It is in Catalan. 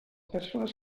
persones